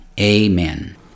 amen